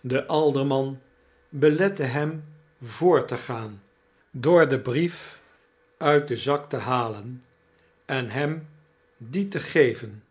de alderman belette hem voort te gaan door den brief uit den zak te halen en hem dien te geven